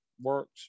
works